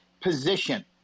position